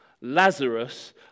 Lazarus